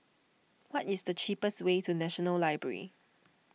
what is the cheapest way to National Library